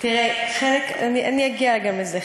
אני אגיע גם לזה.